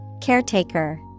Caretaker